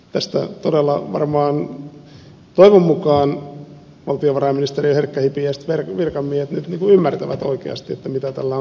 tästä todella toivon mukaan valtiovarainministeriön herkkähipiäiset virkamiehet nyt ymmärtävät oikeasti mitä tällä on tarkoitettu